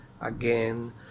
again